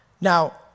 Now